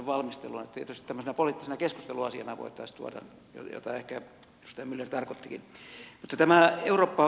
tietysti tämmöisenä poliittisena keskusteluasiana voitaisiin tuoda mitä ehkä edustaja myller tarkoittikin